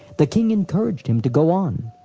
the king encouraged him to go on,